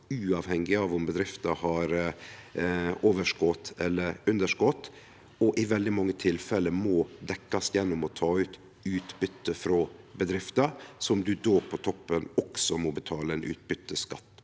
uavhengig av om bedrifta har overskot eller underskot, og i veldig mange tilfelle må han dekkjast gjennom å ta ut utbyte frå bedrifta, som ein så på toppen må betale utbyteskatt